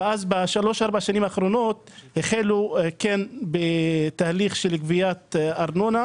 ובשלוש-ארבע השנים האחרונות החלו בתהליך של גביית ארנונה.